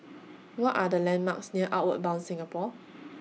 What Are The landmarks near Outward Bound Singapore